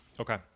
Okay